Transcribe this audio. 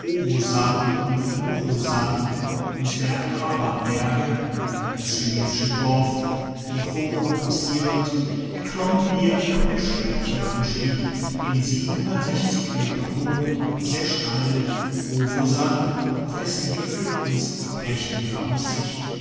und nochosan und der haban berge und das chinesische dorf nichocho passierend erklommen wir nach beschwerlichem anstieg den meter hohen sehr steilen howosan auf dessen gipfel uns die prächtige aussicht